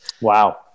Wow